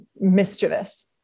mischievous